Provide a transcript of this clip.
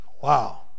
Wow